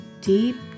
deep